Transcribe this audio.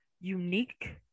unique